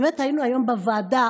באמת היינו היום בוועדה,